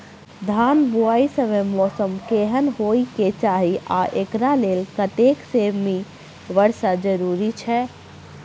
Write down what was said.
धान बुआई समय मौसम केहन होइ केँ चाहि आ एकरा लेल कतेक सँ मी वर्षा जरूरी छै?